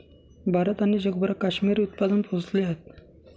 भारत आणि जगभरात काश्मिरी उत्पादन पोहोचले आहेत